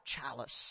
chalice